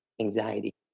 anxiety